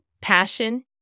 passion